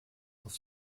auf